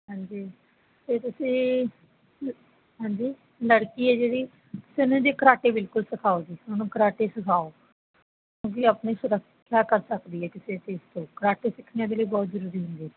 ਹਾਂਜੀ ਅਤੇ ਤੁਸੀਂ ਹਾਂਜੀ ਲੜਕੀ ਹੈ ਜਿਹੜੀ ਤੁਸੀਂ ਉਹਨੂੰ ਜੇ ਕਰਾਟੇ ਬਿਲਕੁਲ ਸਿਖਾਓ ਜੀ ਉਹਨੂੰ ਕਰਾਟੇ ਸਿਖਾਓ ਕਿਉਂਕਿ ਆਪਣੀ ਸੁਰੱਖਿਆ ਕਰ ਸਕਦੀ ਆ ਕਿਸੇ ਚੀਜ਼ ਤੋਂ ਕਰਾਟੇ ਸਿੱਖਣੇ ਉਹਦੇ ਲਈ ਬਹੁਤ ਜ਼ਰੂਰੀ ਹੁੰਦੇ